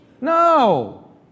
No